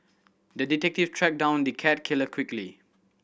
the detective tracked down the cat killer quickly